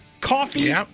coffee